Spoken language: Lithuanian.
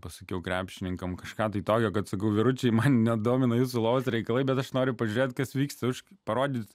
pasakiau krepšininkams kažką tokio kad sakau vyručiai man nedomina jūsų lovos reikalai bet aš noriu pažiūrėti kas vyksta už parodyti